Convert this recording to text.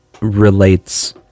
relates